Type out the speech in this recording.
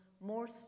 more